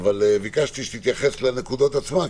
אבל ביקשתי שתתייחס לנקודות עצמן,